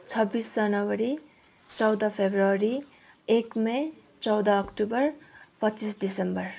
छब्बिस जनवरी चौध फेब्रुअरी एक मे चौध अक्टोबर पच्चिस दिसम्बर